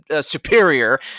superior